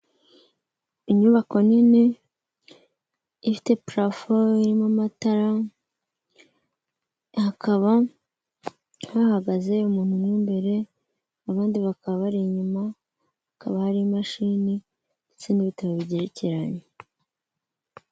Inyubako nini, ifite purafo irimo amatara, hakaba hahagaze umuntu mu imbere, abandi bakaba bari inyuma, hakaba hari imashini, ndetse n'ibitabo bigerekeranye.